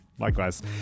likewise